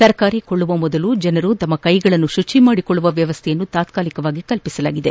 ತರಕಾರಿ ಕೊಳ್ಳುವ ಮೊದಲು ಜನರು ತಮ್ಮ ಕೈಗಳನ್ನು ಶುಚಿ ಮಾಡಿಕೊಳ್ಳುವಂತಹ ವ್ಯವಸ್ಥೆಯನ್ನು ತಾತಾಲಿಕವಾಗಿ ಕಲ್ಪಿಸಲಾಗಿದೆ